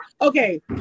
Okay